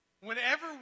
Whenever